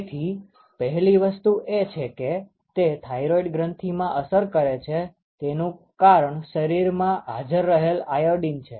તેથી પહેલી વસ્તુ એ છે કે તે થાઈરોઈડ ગ્રંથીમાં અસર કરે છે તેનું કારણ શરીરમાં હાજર રહેલ આયોડીન છે